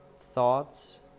thoughts